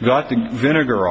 got the vinegar